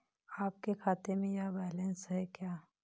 आपके खाते में यह बैलेंस है क्या?